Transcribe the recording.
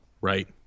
right